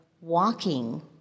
walking